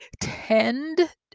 tend